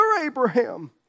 Abraham